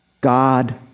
God